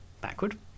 backward